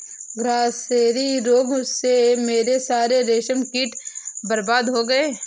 grasserie रोग से मेरे सारे रेशम कीट बर्बाद हो गए